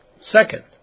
Second